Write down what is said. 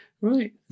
Right